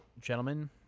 Gentlemen